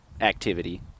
activity